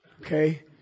okay